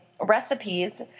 recipes